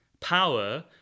Power